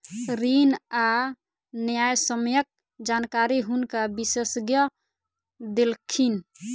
ऋण आ न्यायसम्यक जानकारी हुनका विशेषज्ञ देलखिन